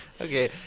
Okay